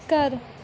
ਘਰ